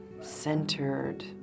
centered